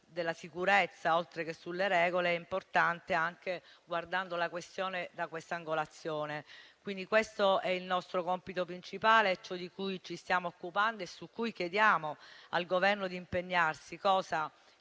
della sicurezza, oltre che sulle regole, guardando la questione anche da quest'angolazione. Questo è il nostro compito principale, ciò di cui ci stiamo occupando e su cui chiediamo al Governo di impegnarsi, cosa